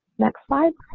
next slide.